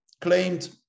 claimed